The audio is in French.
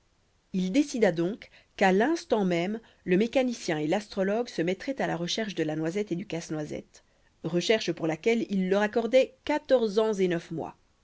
il décida donc qu'à l'instant même le mécanicien et l'astrologue se mettraient à la recherche de la noisette et du casse-noisette recherche pour laquelle il leur accordait quatorze ans et neuf mois